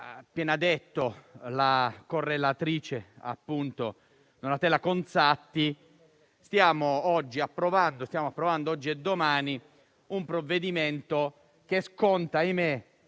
appena detto la correlatrice Donatella Conzatti - stiamo approvando un provvedimento che sconta - ahimè